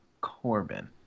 Corbin